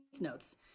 notes